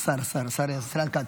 -- השר ישראל כץ.